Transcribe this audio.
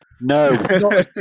No